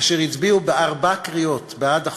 אשר הצביעו בארבע קריאות בעד החוק,